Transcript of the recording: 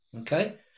okay